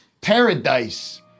Paradise